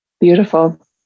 Beautiful